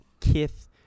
Kith